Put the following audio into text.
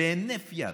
בהינף יד,